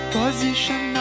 position